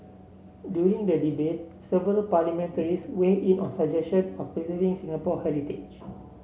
during the debate several parliamentarians weighed in on suggestion on preserving Singapore heritage